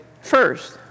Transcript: First